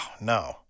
no